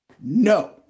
No